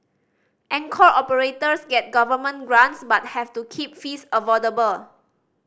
anchor operators get government grants but have to keep fees affordable